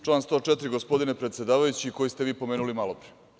Član 104. gospodine predsedavajući, koji ste vi pomenuli malopre.